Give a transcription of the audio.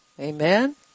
Amen